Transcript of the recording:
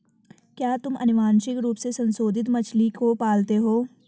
क्या तुम आनुवंशिक रूप से संशोधित मछली को पालते हो?